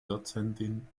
dozentin